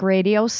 Radio